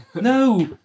No